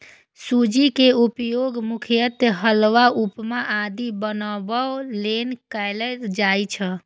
सूजी के उपयोग मुख्यतः हलवा, उपमा आदि बनाबै लेल कैल जाइ छै